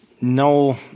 No